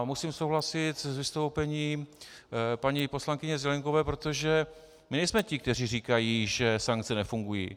Musím souhlasit s vystoupením paní poslankyně Zelienkové, protože my nejsme ti, kteří říkají, že sankce nefungují.